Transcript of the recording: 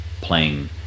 playing